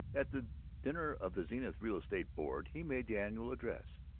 at the dinner of the zenith real estate board he made the annual address.